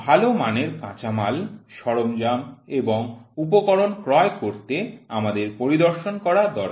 ভাল মানের কাঁচামাল সরঞ্জাম এবং উপকরণ ক্রয় করতে আমাদের পরিদর্শন করা দরকার